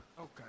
okay